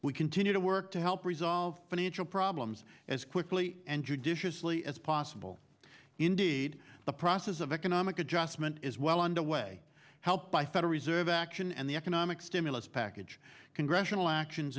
we continue to work to help resolve financial problems as quickly and judiciously as possible indeed the process of economic adjustment is well underway helped by federal reserve action and the economic stimulus package congressional actions